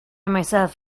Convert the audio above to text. myself